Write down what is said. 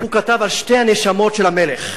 הוא כתב על שתי הנשמות של המלך.